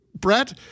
Brett